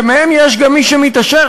שמהם יש גם מי שמתעשר,